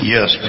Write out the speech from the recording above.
Yes